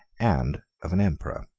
and of an emperor.